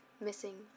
missing